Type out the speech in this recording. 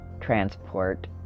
Transport